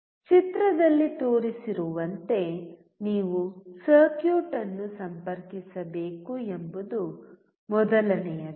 ಚಿತ್ರದಲ್ಲಿ ತೋರಿಸಿರುವಂತೆ ನೀವು ಸರ್ಕ್ಯೂಟ್ ಅನ್ನು ಸಂಪರ್ಕಿಸಬೇಕು ಎಂಬುದು ಮೊದಲನೆಯದು